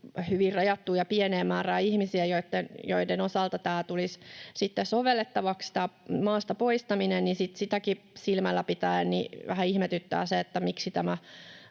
hyvin rajattuun ja pieneen määrään ihmisiä, joiden osalta tulisi sitten sovellettavaksi tämä maasta poistaminen. Sitäkin silmällä pitäen vähän ihmetyttää se, miksi tämä